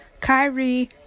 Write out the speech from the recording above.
Kyrie